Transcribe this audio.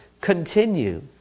continue